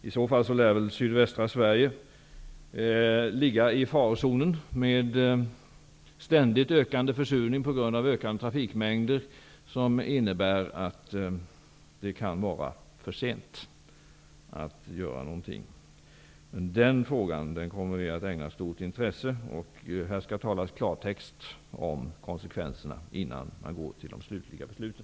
I så fall lär väl sydvästra Sverige ligga i farozonen, med ständigt ökande försurning på grund av ökande trafikmängder som innebär att det kan vara för sent att göra någonting. Den frågan kommer vi att ägna stort intresse. Här skall talas klartext om konsekvenserna, innan man går till de slutliga besluten.